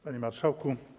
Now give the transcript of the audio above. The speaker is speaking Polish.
Panie Marszałku!